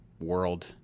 world